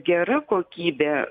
gera kokybė